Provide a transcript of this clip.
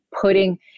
putting